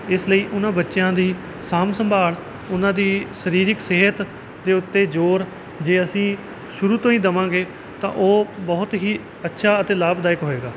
ਇਸ ਲਈ ਉਹਨਾਂ ਬੱਚਿਆਂ ਦੀ ਸਾਂਭ ਸੰਭਾਲ ਉਹਨਾਂ ਦੀ ਸਰੀਰਿਕ ਸਿਹਤ ਦੇ ਉੱਤੇ ਜ਼ੋਰ ਜੇ ਅਸੀਂ ਸ਼ੁਰੂ ਤੋਂ ਹੀ ਦੇਵਾਂਗੇ ਤਾਂ ਉਹ ਬਹੁਤ ਹੀ ਅੱਛਾ ਅਤੇ ਲਾਭਦਾਇਕ ਹੋਵੇਗਾ